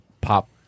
pop